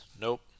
Nope